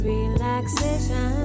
Relaxation